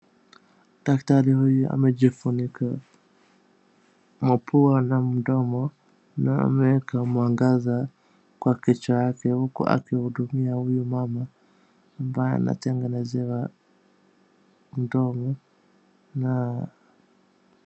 Daktari huyu amejifunika mapua na mdomo na ameeka mwangaza kwa kichwa yake huku akihudumia huyu mama ambaye anatengenezewa mdomo na.